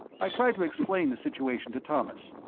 i tried to explain the situation to thomas.